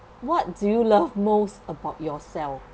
what do you love most about yourself